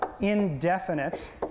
indefinite